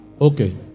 Okay